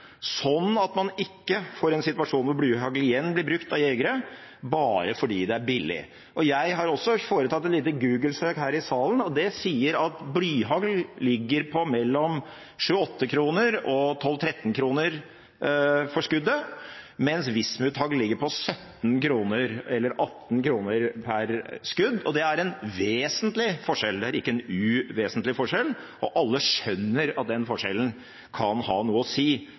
at man ikke får en situasjon hvor blyhagl igjen blir brukt av jegere bare fordi det er billig. Jeg har foretatt et lite Google-søk her i salen, og det viser at blyhagl ligger på 7–8 kr og 12–13 kr for skuddet, mens vismuthagl ligger på 17–18 kr per skudd. Det er en vesentlig forskjell, det er ikke en uvesentlig forskjell, og alle skjønner at den forskjellen kan ha noe å si